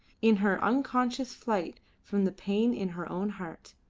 in her unconscious flight from the pain in her own heart.